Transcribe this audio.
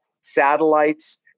satellites